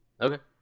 Okay